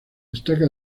destaca